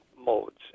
modes